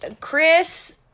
Chris